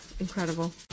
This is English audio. Incredible